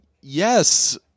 Yes